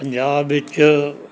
Punjab ਵਿਚ